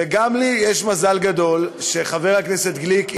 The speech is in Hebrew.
וגם לי יש מזל גדול שחבר הכנסת גליק,